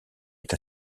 est